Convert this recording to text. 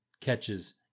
catches